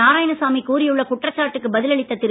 நாராயணசாமி கூறியுள்ள குற்றச்சாட்டுக்கு பதில் அளித்த திரு